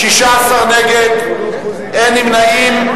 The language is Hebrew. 16 נגד, אין נמנעים.